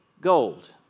gold